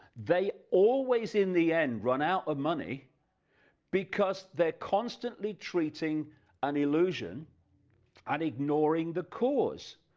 they always in the end, run out of money because they are constantly treating an illusion and ignoring the cause,